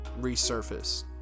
resurface